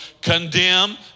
condemn